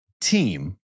team